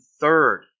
third